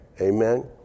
Amen